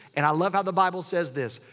and i love how the bible says this,